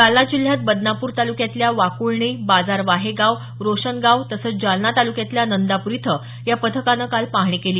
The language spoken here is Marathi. जालना जिल्ह्यात बदनापूर तालुक्यातल्या वाकुळणी बाजार वाहेगाव रोशनगाव तसंच जालना तालुक्यातल्या नंदापूर इथं या पथकानं काल पाहणी केली